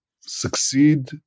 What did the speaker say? succeed